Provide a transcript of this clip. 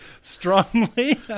strongly